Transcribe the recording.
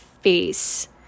face